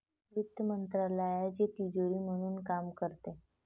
वित्त मंत्रालयाची तिजोरी म्हणून काम करते